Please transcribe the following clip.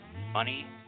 money